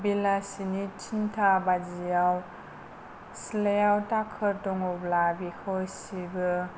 बेलासिनि थिनटा बाजियाव सिथ्लायाव दाखोर दङब्ला बेखौ सिबो